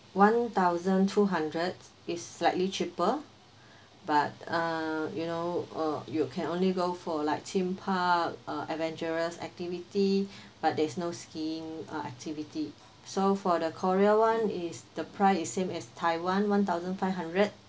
one thousand two hundred is slightly cheaper but uh you know uh you can only go for like theme park uh adventurous activity but there's no skiing uh activity so for the korea one is the price is same as taiwan one thousand five hundred